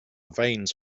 veins